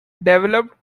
developed